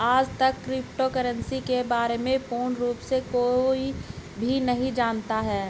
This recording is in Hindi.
आजतक क्रिप्टो करन्सी के बारे में पूर्ण रूप से कोई भी नहीं जानता है